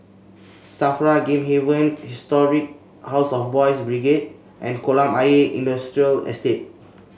Safra Game Haven Historic House of Boys' Brigade and Kolam Ayer Industrial Estate